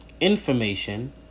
Information